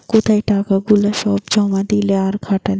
কোথায় টাকা গুলা সব জমা দিলে আর খাটালে